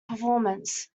performance